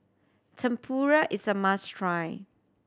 Tempura is a must try